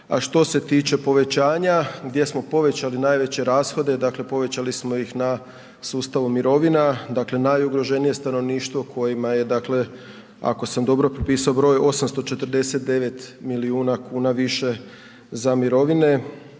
a što se tiče povećanja gdje smo povećali najveće rashode, dakle povećali smo ih na sustavu mirovina, dakle najugroženije stanovništvo kojima je dakle, ako sam dobro prepisao broj, 849 milijuna kuna više za mirovine,